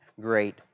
great